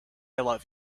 love